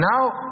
now